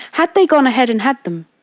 had they gone ahead and had them,